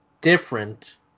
different